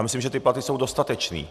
Myslím, že ty platy jsou dostatečné.